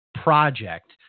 project